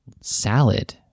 salad